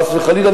חס וחלילה,